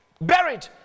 buried